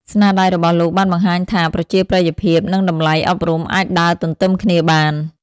ស្នាដៃរបស់លោកបានបង្ហាញថា ប្រជាប្រិយភាព និងតម្លៃអប់រំអាចដើរទន្ទឹមគ្នាបាន។